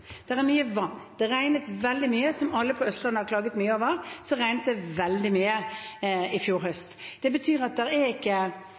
er mye vann. Det har regnet veldig mye. Som alle på Østlandet har klaget mye over, regnet det veldig mye i fjor høst. Det betyr at det ikke